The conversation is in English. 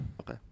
okay